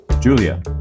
Julia